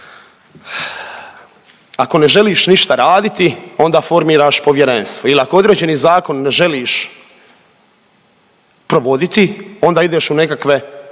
Ako ne želiš ništa raditi onda formiraš povjerenstvo il ako određeni zakon ne želiš provoditi onda ideš u nekakve